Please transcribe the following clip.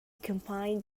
combined